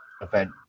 event